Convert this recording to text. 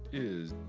is